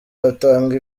batanga